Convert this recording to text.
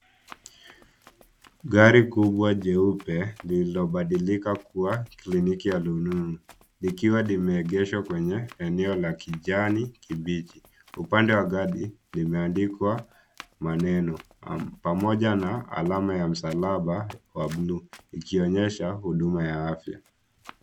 Gari kubwa jeupe lililobadilika kuwa kliniki ya rununu likiwa limeegeshwa kwenye eneo la kijani kibichi. Upande wa gali limeandikwa maneno pamoja na alama ya msalaba wa bluu ikionyesha huduma ya afya.